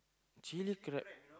chilli crab